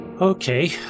Okay